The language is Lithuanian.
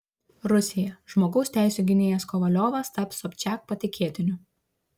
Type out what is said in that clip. rusija žmogaus teisių gynėjas kovaliovas taps sobčiak patikėtiniu